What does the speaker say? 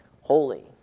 holy